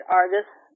artists